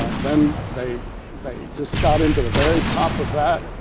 um then they they just got into the very top of that,